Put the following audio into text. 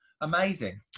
amazing